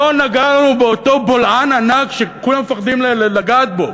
לא נגענו באותו בולען ענק שכולם מפחדים לגעת בו,